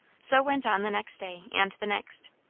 so went on the next day, and the next.